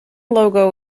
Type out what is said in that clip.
logo